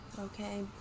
Okay